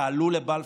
תעלו לבלפור.